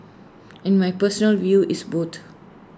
and my personal view is boat